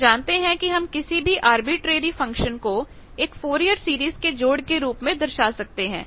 हम जानते हैं कि हम किसी भी आर्बिट्रेरी फंक्शन को एक फोरिअर सीरीज के जोड़ के रूप में दर्शा सकते हैं